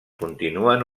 continuen